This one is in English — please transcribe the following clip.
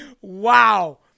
Wow